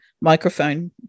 microphone